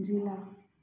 जिला